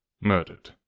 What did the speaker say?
Murdered